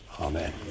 Amen